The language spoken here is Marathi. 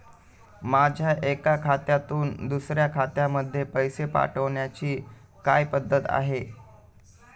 माझ्या एका खात्यातून दुसऱ्या खात्यामध्ये पैसे पाठवण्याची काय पद्धत आहे?